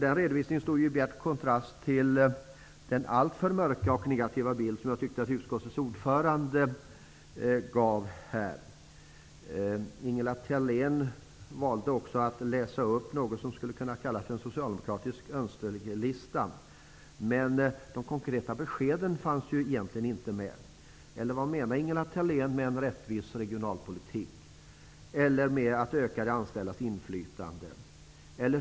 Den redovisningen stod i bjärt kontrast till den alltför mörka och negativa bild som jag tyckte att utskottets ordförande gav. Ingela Thalén valde också att läsa upp något som skulle kunna kallas en socialdemokratisk önskelista. Men de konkreta beskeden fanns egentligen inte med. Vad menar Ingela Thalén med en rättvis regionalpolitik eller med att öka de anställdas inflytande?